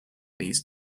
these